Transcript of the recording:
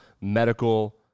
medical